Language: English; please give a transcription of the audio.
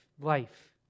life